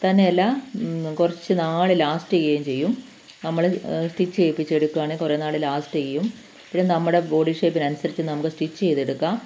തന്നെയല്ല കുറച്ച് നാൾ ലാസ്റ്റ് ചെയ്യുകയും ചെയ്യും നമ്മൾ സ്റ്റിച്ച് ചെയ്യിപ്പിച്ചെടുക്കുകയാണെങ്കിൽ കുറേ നാൾ ലാസ്റ്റ് ചെയ്യും പിന്നെ നമ്മുടെ ബോഡീ ഷേയ്പ്പിനനുസരിച്ച് നമുക്ക് സ്റ്റിച്ച് ചെയ്തെടുക്കാം